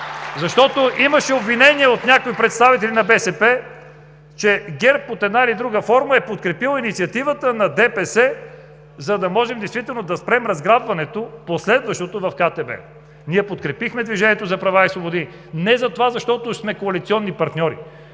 вътре. Имаше обвинения от някои представители на БСП, че ГЕРБ под една или друга форма е подкрепил инициативата на ДПС, за да можем действително да спрем разграбването – последващото, в КТБ. Ние подкрепихме „Движението за права и свободи“ не защото сме коалиционни партньори,